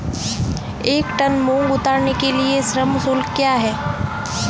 एक टन मूंग उतारने के लिए श्रम शुल्क क्या है?